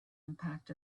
impact